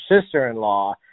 sister-in-law